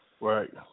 Right